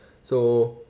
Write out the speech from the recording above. so